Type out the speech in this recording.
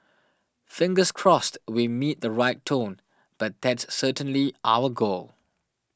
fingers crossed we meet the right tone but that's certainly our goal